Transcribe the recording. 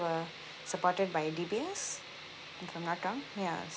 supported by D_B_S if I'm not wrong ya